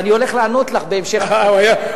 ואני הולך לענות לך בהמשך החקיקה.